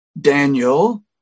Daniel